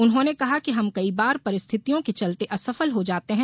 उन्होंने कहा कि हम कई बार परिस्थितियों के चलते असफल हो जाते हैं